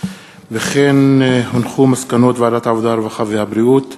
וחוזרת לוועדת העבודה, הרווחה והבריאות,